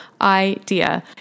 idea